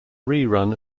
rerun